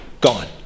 gone